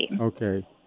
Okay